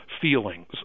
feelings